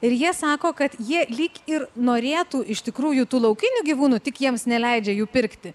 ir jie sako kad jie lyg ir norėtų iš tikrųjų tų laukinių gyvūnų tik jiems neleidžia jų pirkti